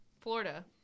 Florida